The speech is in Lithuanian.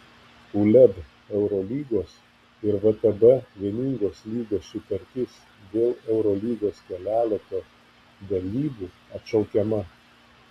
uleb eurolygos ir vtb vieningos lygos sutartis dėl eurolygos kelialapio dalybų atšaukiama